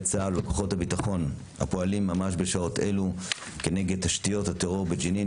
צה"ל וכוחות הביטחון הפועלים ממש בשעות אלו כנגד תשתיות הטרור בג'נין.